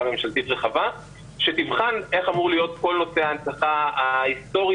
ממשלתית רחבה שתבחן איך אמור להיות כל נושא ההנצחה ההיסטורי,